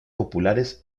populares